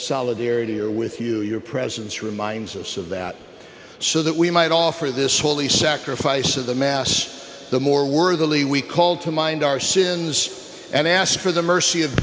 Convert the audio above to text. solidarity are with you your presence reminds us of that so that we might offer this holy sacrifice of the mass the more worthy we call to mind our sins and ask for the mercy of